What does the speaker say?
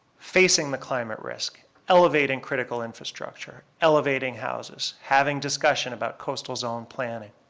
facing the climate risk, elevating critical infrastructure, elevating houses, having discussion about coastal zone planning.